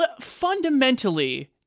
fundamentally